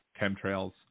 Chemtrails